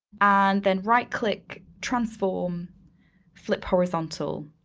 and then right-click transform flip horizontal.